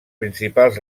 principals